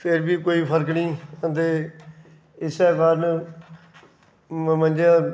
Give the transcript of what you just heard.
फिर बी कोई फर्क नेईं ते इस्सै कारण मंझें दा